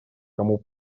кому